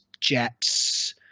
Jets